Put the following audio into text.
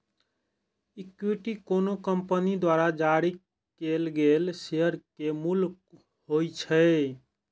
equity कोनो company द्वारा जारी कैल गेल शेयर के मूल्य होइ छै